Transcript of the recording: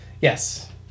Yes